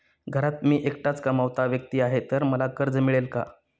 घरात मी एकटाच कमावता व्यक्ती आहे तर मला कर्ज मिळेल का?